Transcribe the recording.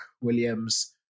Williams